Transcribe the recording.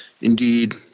Indeed